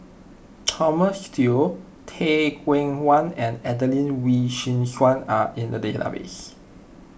Thomas Yeo Teh Cheang Wan and Adelene Wee Chin Suan are in the database